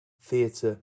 theatre